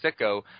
sicko